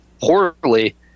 poorly